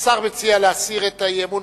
השר מציע להסיר את האי-אמון,